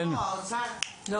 האוצר היה,